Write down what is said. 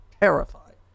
terrified